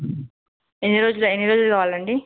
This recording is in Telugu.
ఎన్ని రోజులు ఎన్ని రోజులు కావాలండి